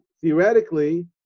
theoretically